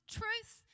truth